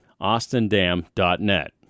austindam.net